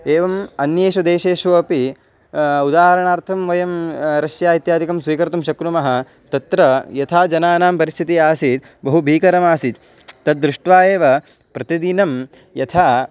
एवम् अन्येषु देशेषु अपि उदाहरणार्थं वयं रष्या इत्यादिकं स्वीकर्तुं शक्नुमः तत्र यथा जनानां परिस्थिति आसीत् बहु भीकरम् आसीत् तद्दृष्ट्वा एव प्रतिदिनं यथा